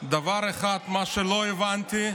דבר אחד, מה שלא הבנתי,